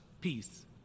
peace